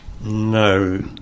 no